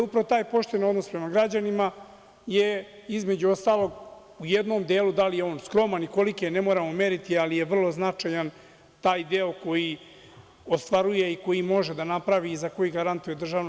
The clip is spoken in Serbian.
Upravo taj pošten odnos prema građanima je, između ostalog, u jednom delu, da li je on skroman i koliki je ne moramo meriti, ali je vrlo značajan taj deo koji ostvaruje i koji može da napravi i za koji garantuje DRI.